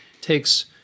takes